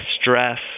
stress